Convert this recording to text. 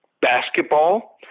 basketball